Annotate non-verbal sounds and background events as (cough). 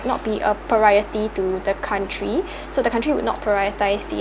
not be a priority to the country (breath) so the country would not prioritise